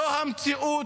זו המציאות.